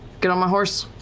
get on my horse.